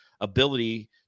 ability